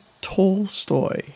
Tolstoy